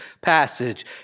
passage